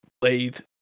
played